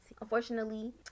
Unfortunately